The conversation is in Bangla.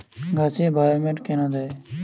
গাছে বায়োমেট কেন দেয়?